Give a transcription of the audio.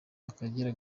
akagera